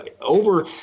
Over